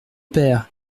père